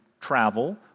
travel